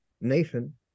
Nathan